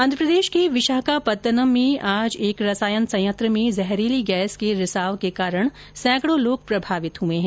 आन्ध्रप्रदेश के विशाखापत्तनम में आज एक रसायन संयंत्र में जहरीली गैस के रिसाव के कारण सैकडो लोग प्रभावित हुए है